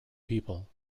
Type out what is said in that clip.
people